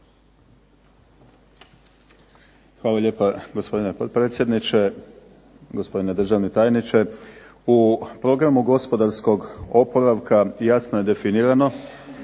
Hvala lijepa, gospodine potpredsjedniče. Gospodine državni tajniče. U Programu gospodarskog oporavka jasno je definirano